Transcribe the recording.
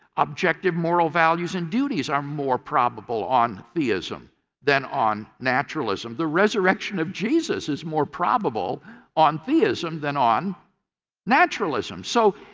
objective moral values and duties are more probable on theism than on naturalism. the resurrection of jesus is more probable on theism than on naturalism. so,